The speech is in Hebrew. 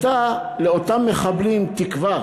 לאותם מחבלים הייתה תקווה: